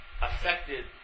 affected